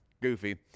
goofy